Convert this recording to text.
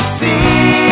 see